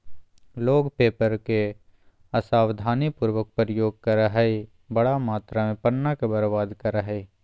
लोग पेपर के असावधानी पूर्वक प्रयोग करअ हई, बड़ा मात्रा में पन्ना के बर्बाद करअ हई